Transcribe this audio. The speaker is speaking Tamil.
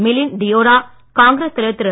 மிலன் டியோரா காங்கிரஸ் தலைவர் திரு